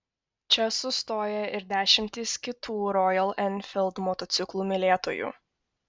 čia sustoja ir dešimtys kitų rojal enfild motociklų mylėtojų